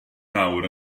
nawr